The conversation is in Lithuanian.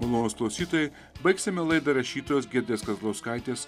malonūs klausytojai baigsime laidą rašytojos giedrės kazlauskaitės